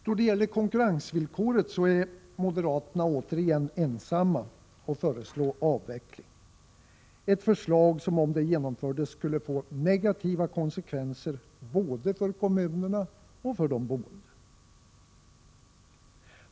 Då det gäller konkurrensvillkoret är moderaterna återigen ensamma om att föreslå avveckling — ett förslag som om det genomfördes skulle få negativa konsekvenser för både kommuner och de boende.